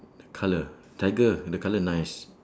colour tiger the colour nice